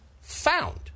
found